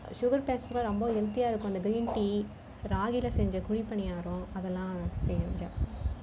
sugar patient ரொம்ப ஹெல்தியாக இருக்கும் அந்த கிரீன் டீ ராகில செஞ்ச குழி பணியாரம் அதெல்லாம் செஞ்சேன்